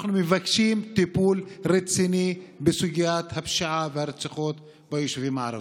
אנחנו מבקשים טיפול רציני בסוגיית הפשיעה והרציחות ביישובים הערביים.